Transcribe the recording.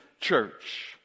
church